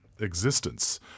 existence